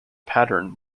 pattern